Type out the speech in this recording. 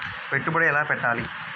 పెట్టుబడి ఎలా పెట్టాలి?